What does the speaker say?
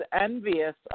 envious